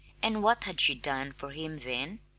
and what had she done for him then?